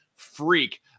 freak